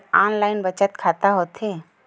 Online बचत खाता का होथे?